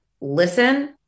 listen